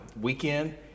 weekend